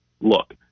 look